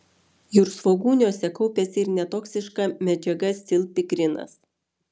jūrsvogūniuose kaupiasi ir netoksiška medžiaga scilpikrinas